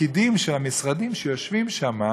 הפקידים של המשרדים שיושבים שם.